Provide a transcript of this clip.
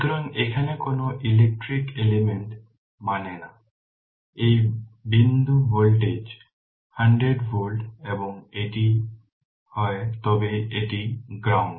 সুতরাং এখানে কোন ইলেকট্রিক এলিমেন্ট মানে না এই বিন্দু ভোল্টেজ 100 ভোল্ট এবং যদি এটি হয় তবে এটি গ্রাউন্ড